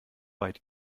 weit